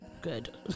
good